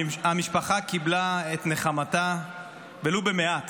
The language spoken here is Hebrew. המשפחה קיבלה את נחמתה ולא במעט